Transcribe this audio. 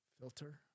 Filter